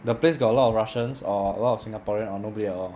the place got a lot of russians or a lot of singaporean or nobody at all